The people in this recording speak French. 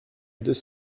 deux